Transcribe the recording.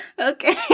Okay